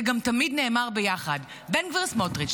זה גם תמיד נאמר ביחד: בן גביר סמוטריץ',